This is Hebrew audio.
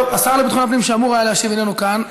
השר לביטחון הפנים, שאמור היה להשיב, איננו כאן.